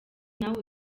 nawe